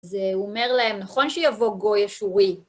זה.. הוא אומר להם, נכון שיבוא גוי אשורי.